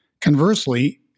Conversely